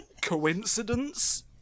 Coincidence